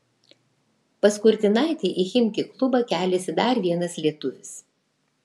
pas kurtinaitį į chimki klubą keliasi dar vienas lietuvis